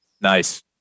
Nice